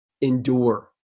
endure